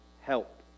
help